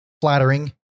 flattering